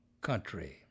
country